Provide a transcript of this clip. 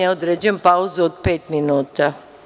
Određujem pauzu od pet minuta.